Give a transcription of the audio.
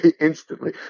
instantly